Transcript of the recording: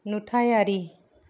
नुथायारि